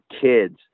kids